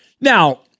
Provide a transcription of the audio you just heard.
Now